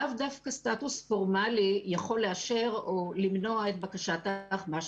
לאו דווקא סטטוס פורמלי יכול לאשר או למנוע את בקשת האחמ"ש.